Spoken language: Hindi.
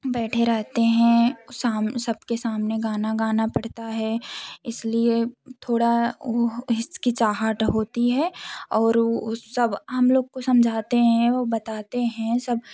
बैठे रहते हैं सामने सब के सामने गाना गाना पड़ता है इस लिए थोड़ा वो हिचकिचाहट होती है और वो सब हम लोग को समझाते हैं वो बताते हैं सब